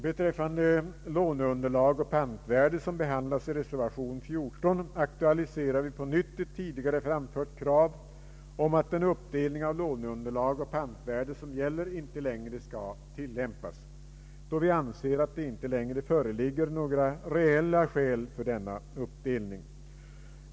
Beträffande låneunderlag och pantvärde, som behandlas i reservation 14, aktualiserar vi på nytt ett tidigare framfört krav om att den uppdelning av låneunderlag och pantvärde som gäller inte längre skall tillämpas, då vi anser att det inte längre föreligger några reella skäl för denna uppdelning.